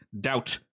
doubt